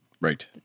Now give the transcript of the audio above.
Right